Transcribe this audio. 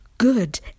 good